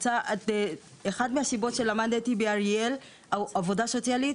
אחת מהסיבות שבגללן למדתי ב"אריאל" עבודה סוציאלית,